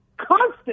constant